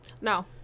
No